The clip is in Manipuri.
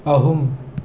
ꯑꯍꯨꯝ